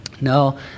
No